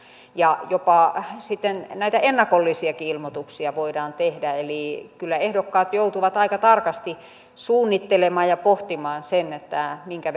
ja jopa näitä ennakollisiakin ilmoituksia voidaan tehdä eli kyllä ehdokkaat joutuvat aika tarkasti suunnittelemaan ja pohtimaan minkä